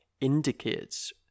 indicates